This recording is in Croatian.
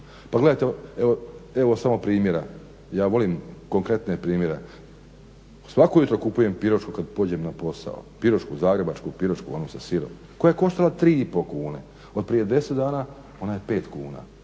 Pa gledajte, evo samo primjera. Ja volim konkretne primjere. Svako jutro kupujem pirošku kad pođem na posao, pirošku, zagrebačku pirošku onu sa sirom koja je koštala 3 i pol kune. Od prije 10 dana ona je 5 kuna.